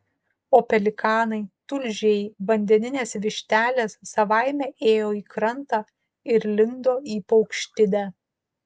o pelikanai tulžiai vandeninės vištelės savaime ėjo į krantą ir lindo į paukštidę